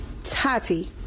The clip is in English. Tati